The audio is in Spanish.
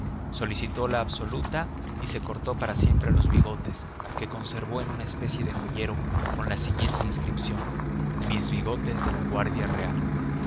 solicitó la absoluta y se cortó para siempre los bigotes que conservó en una especie de joyero con la siguiente inscripción mis bigotes de la guardia real